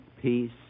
peace